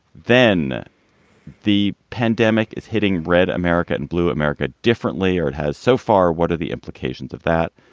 then the pandemic is hitting red america and blue america differently, or it has so far. what are the implications of that?